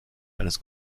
eines